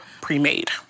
pre-made